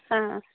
ಹಾಂ